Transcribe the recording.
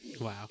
Wow